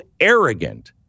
arrogant